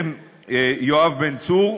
יואב בן צור.